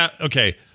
Okay